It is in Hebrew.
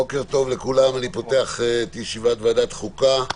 בוקר טוב, אני מתכבד לפתוח את ישיבת ועדת החוקה.